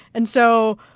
and so,